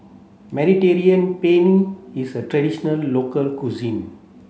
Mediterranean Penne is a traditional local cuisine